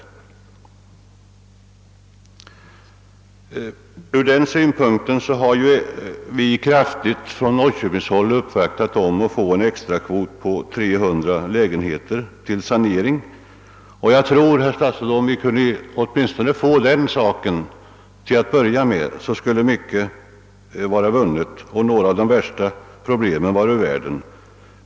Mot den bakgrunden har vi från norrköpingshåll gjort energiska uppvaktningar för att få en extrakvot på 300 lägenheter till sanering, och jag tror, herr statsråd, att om vi till att börja med åtminstone kunde få den extrakvoten så skulle mycket vara vunnet och några av de värsta problemen vara ur världen.